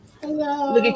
hello